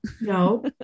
No